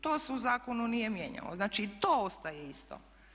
To se u zakonu nije mijenjalo, znači i to ostaje isto.